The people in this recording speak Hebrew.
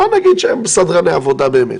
בואו נגיד שהם סדרני עבודה באמת.